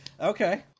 Okay